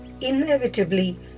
inevitably